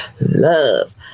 Love